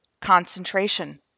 Concentration